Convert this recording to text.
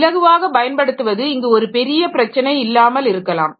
இலகுவாக பயன்படுத்துவது இங்கு ஒரு பெரிய பிரச்சனை இல்லாமல் இருக்கலாம்